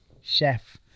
chef